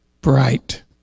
bright